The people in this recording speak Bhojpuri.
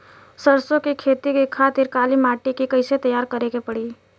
सरसो के खेती के खातिर काली माटी के कैसे तैयार करे के पड़ी?